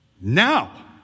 Now